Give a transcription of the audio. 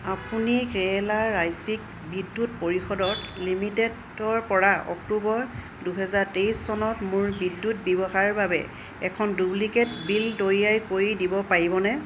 আপুনি ক্ৰেলাৰ ৰাজ্যিক বিদ্যুৎ পৰিষদত লিমিটেড ডৰ পৰা অক্টোবৰ দুহেজাৰ তেইশ চনত মোৰ বিদ্যুৎ ব্যৱহাৰ বাবে এখন ডুপ্লিকেট বিল তৈয়াৰ কৰি দিব পাৰিবনে